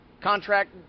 Contract